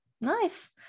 Nice